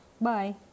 Bye